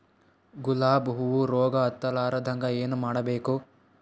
ಗುಲಾಬ್ ಹೂವು ರೋಗ ಹತ್ತಲಾರದಂಗ ಏನು ಮಾಡಬೇಕು?